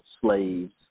slaves